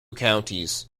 counties